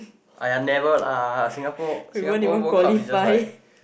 !aiya! never lah Singapore Singapore-World-Cup is just like